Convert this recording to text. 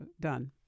done